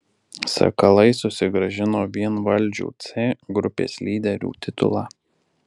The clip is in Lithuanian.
sakalai susigrąžino vienvaldžių c grupės lyderių titulą